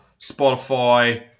Spotify